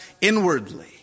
inwardly